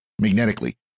magnetically